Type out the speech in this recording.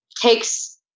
takes